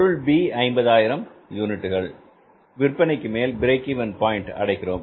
பொருள் B 50000 unit விற்பனைக்கு பின் பிரேக் இவென் பாயின்ட் அடைகிறோம்